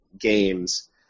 games